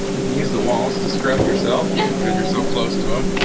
you can use the walls to scrub yourself yeah because you're so close to um